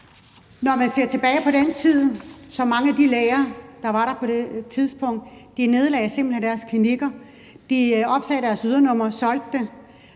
Når man ser tilbage på den tid, kan man se, at mange af de læger, der var der på det tidspunkt, simpelt hen nedlagde deres klinikker; de opsagde deres ydernummer og solgte det.